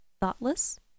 thoughtless